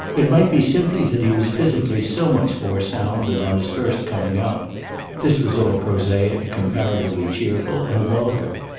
it might be simply that he was physically so much more sound than on his first coming out this was all prosaic, comparatively cheerful and vulgar.